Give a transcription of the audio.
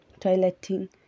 toileting